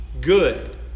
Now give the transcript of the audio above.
good